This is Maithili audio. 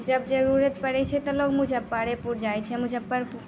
जब जरूरत पड़ै छै तऽ लोक मुजफ्फरेपुर जाइ छै मुजफ्फरपुरमे